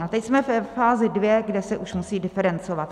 A teď jsme ve fázi dvě, kde se už musí diferencovat.